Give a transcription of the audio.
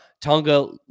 Tonga